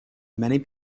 many